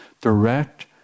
direct